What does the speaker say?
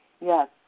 Yes